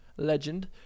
Legend